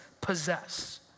possess